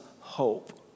hope